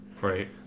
right